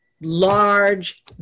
large